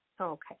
Okay